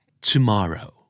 tomorrow